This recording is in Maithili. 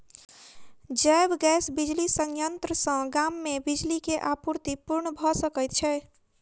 जैव गैस बिजली संयंत्र सॅ गाम मे बिजली के आपूर्ति पूर्ण भ सकैत छै